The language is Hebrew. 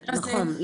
נכון,